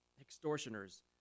extortioners